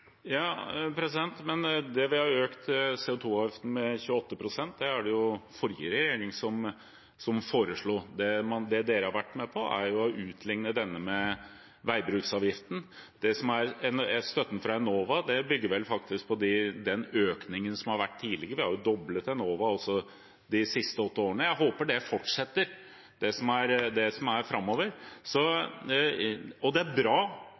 Men økningen av CO 2 -avgiften med 28 pst. var det jo den forrige regjeringen som foreslo. Det dere har vært med på, er jo å utligne denne med veibruksavgiften. Støtten fra Enova bygger vel på den økningen som har vært tidligere. Vi har jo doblet støtten til Enova i løpet av de siste åtte årene. Jeg håper det fortsetter framover. Og det er bra at SV har rettet opp mange av de kuttforslagene som